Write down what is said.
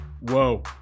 Whoa